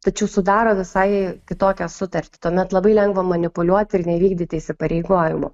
tačiau sudaro visai kitokią sutartį tuomet labai lengva manipuliuoti ir nevykdyti įsipareigojimų